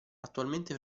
attualmente